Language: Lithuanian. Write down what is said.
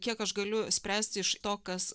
kiek aš galiu spręsti iš to kas